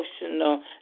emotional